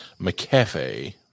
McAfee